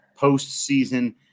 postseason